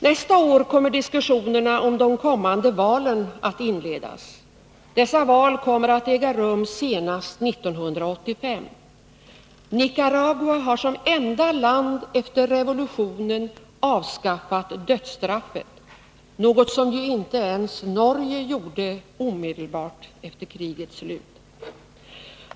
Nästa år kommer diskussionerna om de kommande valen att inledas. Dessa val kommer att äga rum senast 1985. Nicaragua har som enda land efter revolutionen avskaffat dödsstraffet, något som ju inte ens Norge gjorde omedelbart efter krigets slut.